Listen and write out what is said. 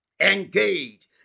Engage